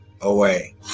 away